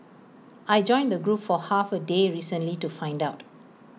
I joined the group for half A day recently to find out